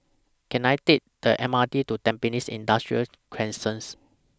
Can I Take The M R T to Tampines Industrial Crescent